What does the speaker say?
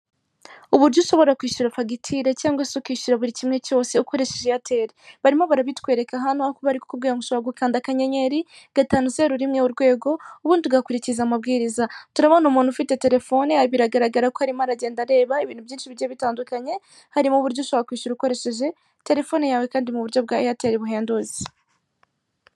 Uburyo ushobora kwishyura fagitire cyangwa se ukishyura buri kimwe cyose ukoresheje Eyateri, barimo barabitwereka hano, aho bari kukubwira ngo ushobora gukanda akanyenyeri gatanu zeru rimwe, urwego, ubundi ugakurikiza amabwiriza. Turabona umuntu ufite telefone, biragaragara ko arimo aragenda areba ibintu byinshi bigiye bitandukanye, harimo uburyo ushobora kwishyura ukoresheje telefone yawe kandi mu buryo bwa Eyateri buhendutse.